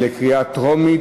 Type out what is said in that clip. בקריאה טרומית.